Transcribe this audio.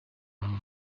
hari